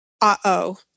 uh-oh